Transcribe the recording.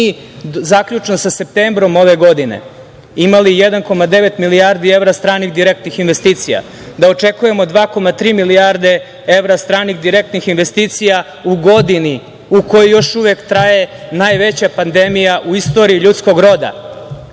mi zaključno sa septembrom ove godine imali 1,9 milijardi evra stranih direktnih investicija, da očekujemo 2,3 milijarde evra stranih direktnih investicija u godini u kojoj još uvek traje najveća pandemija u istoriji ljudskog roda.U